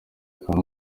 akaba